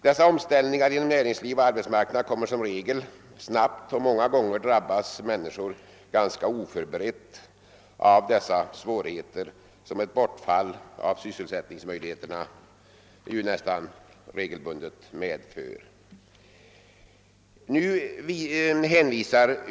Dessa omställningar inom näringsliv och arbetsmarknad kommer i regel snabbt, och många gånger drabbas mäniskor ganska oförberett av de svårigheter som ett bortfall av sysselsättningsmöjligheterna nästan regelbundet medför.